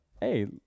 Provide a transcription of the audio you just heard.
hey